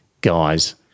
guys